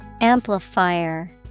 Amplifier